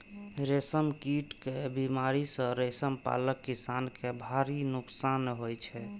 रेशम कीट के बीमारी सं रेशम पालक किसान कें भारी नोकसान होइ छै